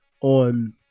on